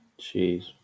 Jeez